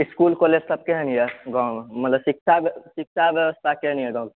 इसकुल college सब केहन यऽ गाँव मे मतलब शिक्षा शिक्षा व्यवस्था केहन यऽ गाँव के